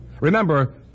Remember